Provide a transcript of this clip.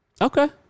Okay